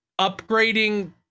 upgrading